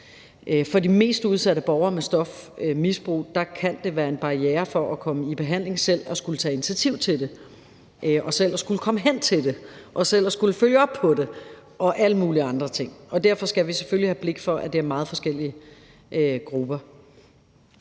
For de mest udsatte borgere med stofmisbrug kan det være en barriere for at komme i behandling selv at skulle tage initiativ til det, selv at skulle komme hen til det og selv at skulle følge op på det og alle mulige andre ting. Derfor skal vi selvfølgelig have blik for, at det er meget forskellige grupper.